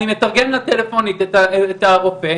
אני מתרגם לה טלפונית את הרופא,